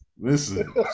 Listen